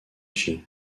chi